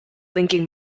linking